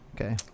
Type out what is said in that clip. Okay